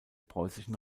preußischen